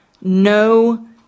no